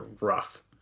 rough